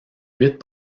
huit